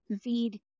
feed